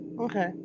Okay